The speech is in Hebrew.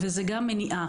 וזה גם מניעה.